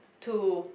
to